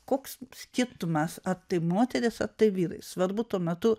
koks skirtumas ar tai moterys ar tai vyrai svarbu tuo metu